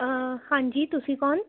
ਹਾਂਜੀ ਤੁਸੀਂ ਕੌਣ